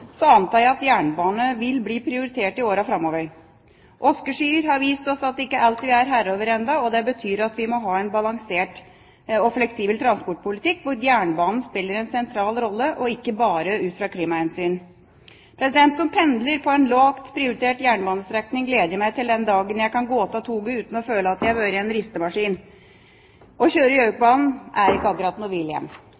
antar jeg at jernbane vil bli prioritert i årene framover. Askeskyer har vist oss at det ikke er alt vi er herre over ennå, og det betyr at vi må ha en balansert og fleksibel transportpolitikk hvor jernbanen spiller en sentral rolle, og ikke bare ut fra klimahensyn. Som pendler på en lavt prioritert jernbanestrekning gleder jeg meg til den dagen jeg kan gå av toget uten å føle at jeg har vært i en ristemaskin.